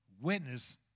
witness